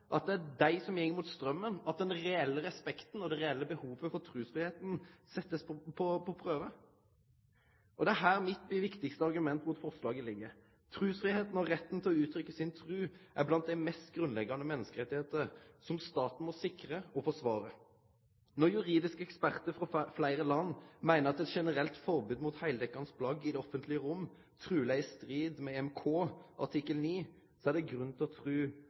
dei som går mot straumen, blir den reelle respekten og det reelle behovet for trusfridom sett på prøve? Det er her mitt viktigaste argument mot forslaget ligg. Trusfridomen og retten til å uttrykkje si tru er blant dei mest grunnleggjande menneskerettane, som staten må sikre og forsvare. Når juridiske ekspertar frå fleire land meiner at eit generelt forbod mot heildekkjande plagg i det offentlege rommet truleg er i strid med EMK artikkel 9, er det grunn til å tru